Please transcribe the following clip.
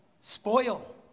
spoil